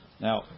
Now